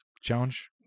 challenge